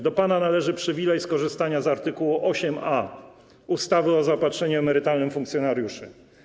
Do pana należy przywilej skorzystania z art. 8a ustawy o zaopatrzeniu emerytalnym funkcjonariuszy.